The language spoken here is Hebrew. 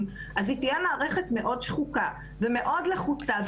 - אז היא תהיה מערכת מאוד שחוקה ומאוד לחוצה.